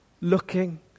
looking